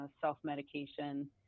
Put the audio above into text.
self-medication